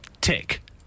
tick